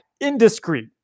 indiscreet